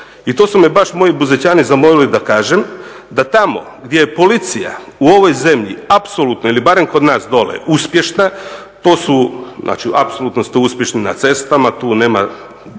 i to su me baš moji Buzećani zamolili da kažem, da tamo gdje je policija u ovoj zemlji apsolutno ili barem kod nas dole uspješna. To su, znači apsolutno ste uspješni na cestama, tu nema